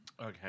Okay